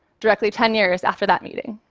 directly ten years after that meeting.